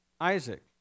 Isaac